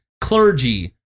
clergy